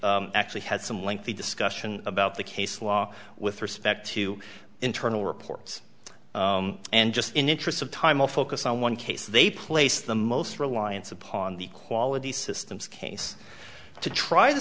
actually had some lengthy discussion about the case law with respect to internal reports and just in interests of time will focus on one case they place the most reliance upon the quality systems case to try to